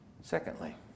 Secondly